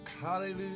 Hallelujah